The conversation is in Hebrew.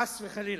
חס וחלילה.